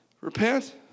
Repent